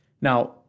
Now